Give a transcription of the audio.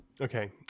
Okay